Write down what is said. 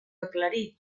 aclarir